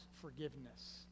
forgiveness